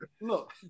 look